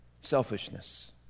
selfishness